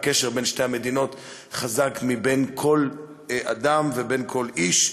הקשר בין שתי המדינות חשוב מזה שבין כל אדם וכל איש,